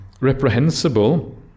Reprehensible